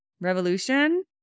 revolution